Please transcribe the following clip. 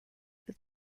for